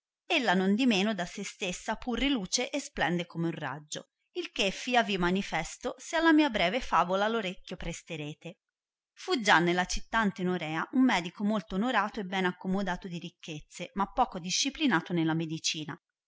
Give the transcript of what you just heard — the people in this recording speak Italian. da se stessa pur riluce e splende come un raggio il che flavi manifesto se alla mia breve favola orecchio presterete fu già nella città antenorea un medico molto onorato e ben accomodato di ricchezze ma poco disciplinato nella medicina